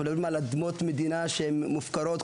אנחנו מדברים על אדמות מדינה שמופקרות.